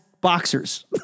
Boxers